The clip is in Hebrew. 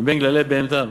מבין גללי בהמתם.